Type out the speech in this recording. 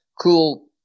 cool